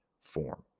form